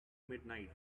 midnight